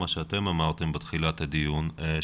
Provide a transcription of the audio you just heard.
אם שמעתם את ההצגה אמש של פרופסור אלרועי אז שמעתם שמבחינת המספרים